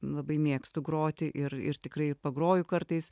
labai mėgstu groti ir ir tikrai ir pagroju kartais